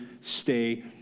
stay